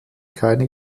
keine